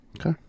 Okay